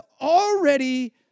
already